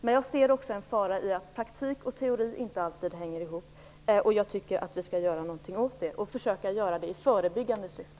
Men jag ser också en fara i att praktik och teori inte alltid hänger ihop. Jag tycker att vi skall göra någonting åt det, och jag tycker att vi skall försöka göra det i förebyggande syfte.